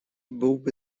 byłby